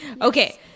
Okay